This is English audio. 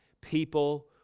people